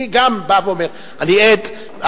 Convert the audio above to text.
אני גם בא ואומר: אני ער,